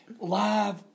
live